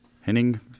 Henning